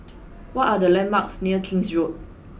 what are the landmarks near King's Road